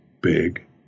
big